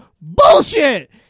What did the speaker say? bullshit